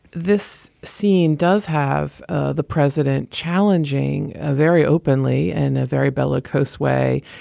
this scene does have ah the president challenging ah very openly and very bellicose way.